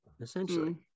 Essentially